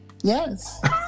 Yes